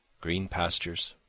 green pastures,